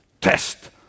test